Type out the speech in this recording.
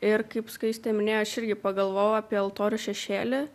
ir kaip skaistė minėjo aš irgi pagalvojau apie altorių šešėly